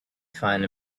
find